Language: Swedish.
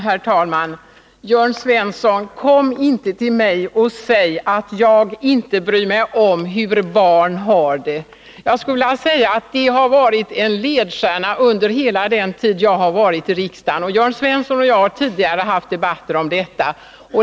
Herr talman! Kom inte till mig, Jörn Svensson, och säg att jag inte bryr mig om hur barn har det! Det har varit en ledstjärna under hela den tid jag har suttit i riksdagen, och Jörn Svensson och jag har tidigare haft debatter om detta.